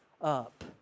up